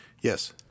yes